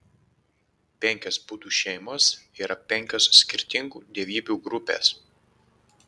penkios budų šeimos yra penkios skirtingų dievybių grupės